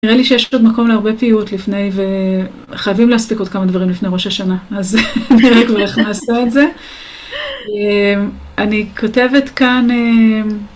נראה לי שיש כאן מקום להרבה פעילות לפני, וחייבים להספיק עוד כמה דברים לפני ראש השנה, אז נראה כבר איך נעשה את זה. אני כותבת כאן...